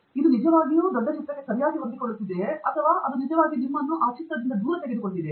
ಇದು ನಿಜವಾಗಿಯೂ ದೊಡ್ಡ ಚಿತ್ರಕ್ಕೆ ಸರಿಯಾಗಿ ಹೊಂದಿಕೊಳ್ಳುತ್ತಿದೆಯೇ ಅಥವಾ ಅದು ನಿಜವಾಗಿಯೂ ನಿಮ್ಮನ್ನು ದೂರ ತೆಗೆದುಕೊಂಡಿದೆಯೇ